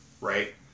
Right